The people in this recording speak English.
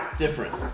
different